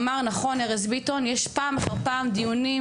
אמר נכון ארז ביטון יש פעם אחר פעם דיונים